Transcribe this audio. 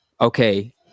okay